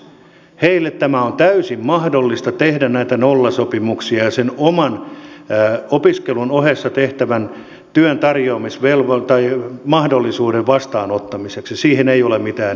heille on täysin mahdollista tehdä näitä nollasopimuksia ja mahdollisuuteen sen oman opiskelun ohessa tehtävän työn vastaanottamiseksi ei ole mitään estettä